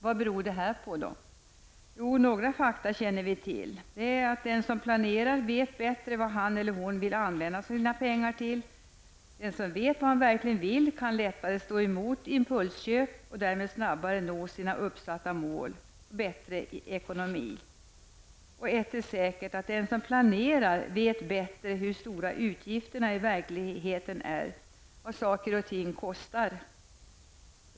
Vad beror detta på? Jo, några fakta känner vi till. Den som planerar vet bättre vad han eller hon vill använda sina pengar till. Den som vet vad han verkligen vill kan lättare stå emot impulsköp och därmed snabbare nå sina uppsatta mål och får bättre ekonomi. Ett är säkert, den som planerar vet bättre hur stora utgifterna är i verkligheten: vad saker och ting kostar.